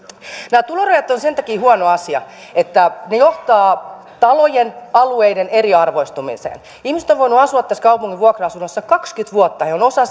nämä tulorajat ovat sen takia huono asia että ne johtavat talojen alueiden eriarvoistumiseen ihmiset ovat voineet asua tässä kaupungin vuokra asunnossa kaksikymmentä vuotta he ovat osa